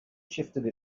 shifted